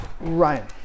Ryan